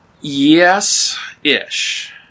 Yes-ish